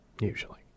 Usually